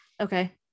okay